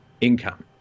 income